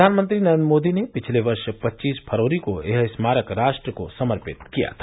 प्रधानमंत्री नरेन्द्र मोदी ने पिछले वर्ष पच्चीस फरवरी को यह स्मारक राष्ट्र को समर्पित किया था